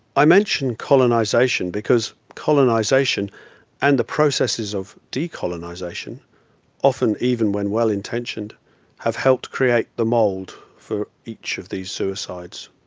i mention colonization, because colonization and the processes of decolonization often even when well intentioned have helped create the mold for each of these suicides.